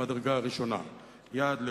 וקוראת לממשלה להפסיק להצהיר על מאמציה ולחתור לסיום